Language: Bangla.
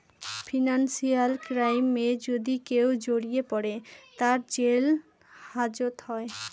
ফিনান্সিয়াল ক্রাইমে যদি কেউ জড়িয়ে পরে, তার জেল হাজত হয়